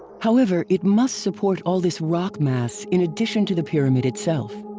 however, it must support all this rock mass in addition to the pyramid itself.